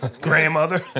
grandmother